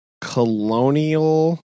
colonial